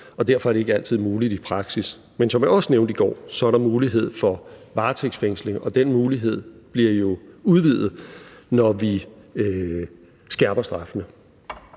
og derfor er det ikke altid muligt i praksis. Men som jeg også nævnte i går, er der mulighed for varetægtsfængsling. Og den mulighed bliver jo udvidet, når vi skærper straffene.